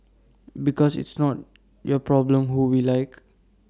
because it's not your problem who we like